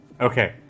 Okay